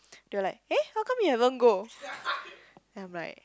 they were like eh how come you haven't go I'm like